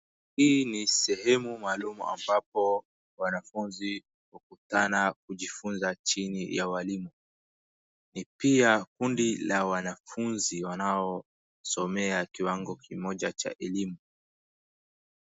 Hii ni sehemu maalum ambapo wanafunzi hukutana kujifunza chini ya walimu. Ni pia kundi la wanafunzi wanaosomea kiwango kimoja cha elimu.